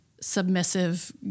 submissive